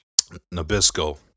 Nabisco